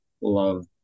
love